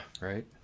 right